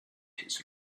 his